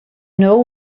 know